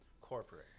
corporate